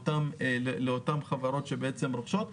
אותן חברות שרוכשות,